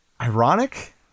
ironic